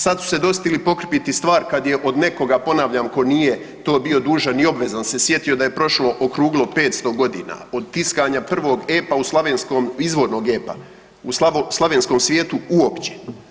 Sad su se dosjetili pokrpiti stvar kad je od nekoga, ponavljam, tko nije to bio dužan i obvezan se sjetio da je prošlo okruglo 500 godina od tiskanja prvog epa u slavenskog, izvornog epa u slavenskom svijetu uopće.